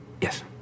yes